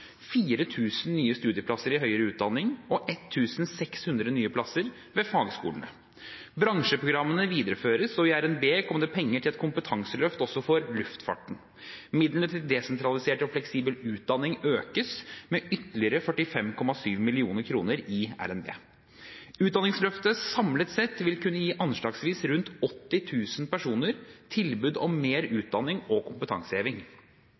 studieplasser i høyere utdanning og 1 600 plasser ved fagskolene. Bransjeprogrammene videreføres. I RNB kom det penger til et kompetanseløft for luftfarten. Midlene til desentralisert og fleksibel utdanning økes med ytterligere 45,7 mill. kr i RNB. Utdanningsløftet samlet sett vil kunne gi anslagsvis rundt 80 000 personer tilbud om mer utdanning og kompetanseheving.